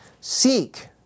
Seek